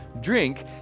Drink